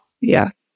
Yes